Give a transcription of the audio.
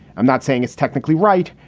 i'm not saying it's technically right.